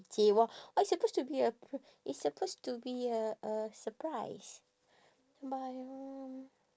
it's supposed to be a pre~ it's supposed to be a a surprise but